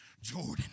Jordan